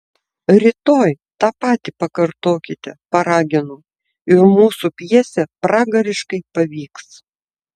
rytoj tą patį pakartokite paragino ir mūsų pjesė pragariškai pavyks